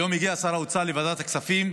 היום הגיע שר האוצר לוועדת הכספים.